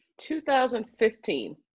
2015